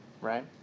right